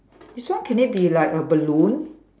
this one can it be like a balloon